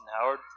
Howard